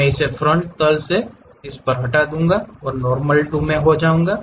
मैं इसे फ्रंट तल से इसे पर हटा दूंगा और नॉर्मल टू मैं जाऊंगा